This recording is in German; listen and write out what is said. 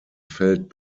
feld